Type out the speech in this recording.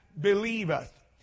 believeth